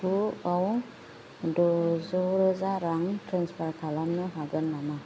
आव द'जौ रोजा रां ट्रेन्सफार खालामनो हागोन नामा